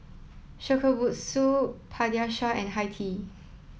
Shokubutsu Pediasure and Hi Tea